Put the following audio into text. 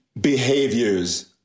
behaviors